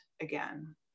again